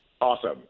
Awesome